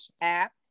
app